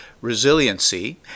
resiliency